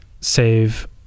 Save